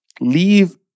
leave